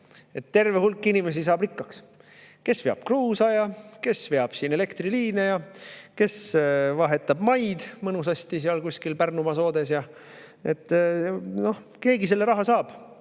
Terve hulk inimesi saab rikkaks. Kes veab kruusa ja kes veab elektriliine ja kes vahetab maid mõnusasti seal kuskil Pärnumaa soodes. Keegi selle raha saab,